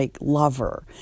lover